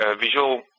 Visual